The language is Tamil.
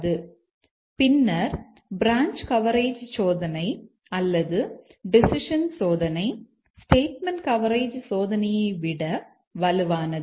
ஆனால் பின்னர் பிரான்ச் கவரேஜ் சோதனை அல்லது டெசிஷன் சோதனை ஸ்டேட்மெண்ட் கவரேஜ் சோதனையை விட வலுவானது